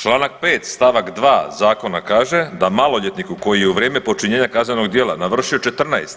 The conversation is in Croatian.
Članak 5. stavak 2. Zakona kaže da maloljetnik koji je u vrijeme počinjenja kaznenog djela navršio 14,